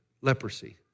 leprosy